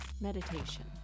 meditation